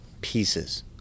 pieces